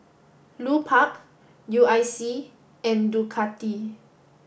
Lupark U I C and Ducati